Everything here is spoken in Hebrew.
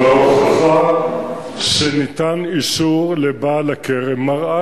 ההוכחה שניתן אישור לבעל הכרם מראה